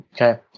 Okay